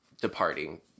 departing